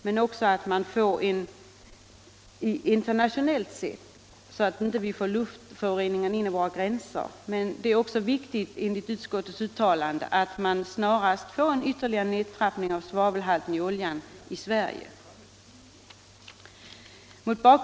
Det krävs internationella åtgärder så att vi inte får in luftföroreningar över våra gränser, men det är också väsentligt, anser utskottet, att snarast åstadkomma ytterligare nedtrappning av svavelhalten i oljan i Sverige.